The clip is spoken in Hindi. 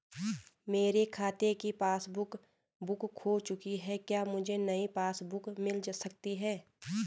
मेरे खाते की पासबुक बुक खो चुकी है क्या मुझे नयी पासबुक बुक मिल सकती है?